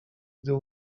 gdy